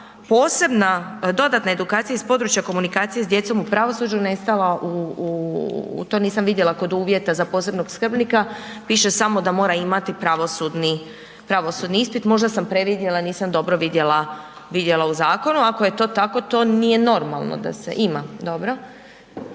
posebna dodatna edukacija iz područja komunikacije s djecom u pravosuđu nestala, to nisam vidjela kod uvjeta za posebnog skrbnika, piše samo da mora imati pravosudni ispit. Možda sam previdila, nisam dobro vidjela u zakonu, ako je to tako to nije normalno da se ima. Dobro,